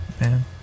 Man